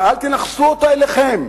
אבל אל תנכסו אותה אליכם.